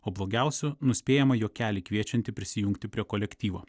o blogiausiu nuspėjamą juokelį kviečiantį prisijungti prie kolektyvo